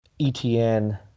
ETN